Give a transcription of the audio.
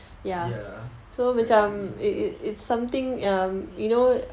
ya